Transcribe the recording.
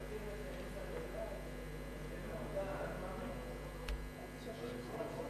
חברי הכנסת, אין לנו עדיין שר מהממשלה,